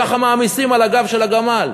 ככה מעמיסים על הגב של הגמל.